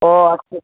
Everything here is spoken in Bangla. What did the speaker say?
ও আচ্ছা